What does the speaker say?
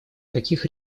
каких